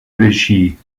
regie